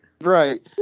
right